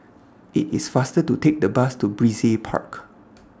IT IS faster to Take The Bus to Brizay Park